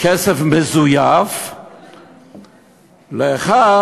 כסף מזויף לאחד